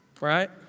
Right